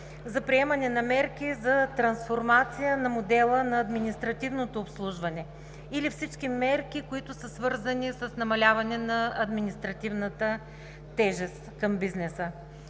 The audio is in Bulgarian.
за приемане на мерки за трансформация на модела на административното обслужване, или на всички мерки, които са свързани с намаляване на административната тежест към бизнеса.